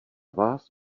vás